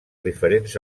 diferents